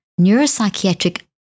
neuropsychiatric